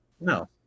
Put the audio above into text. No